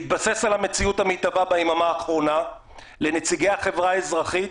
בהתבסס על המציאות המתהווה ביממה האחרונה לנציגי החברה האזרחית,